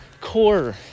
core